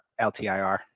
LTIR